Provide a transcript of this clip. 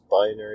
binary